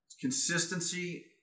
consistency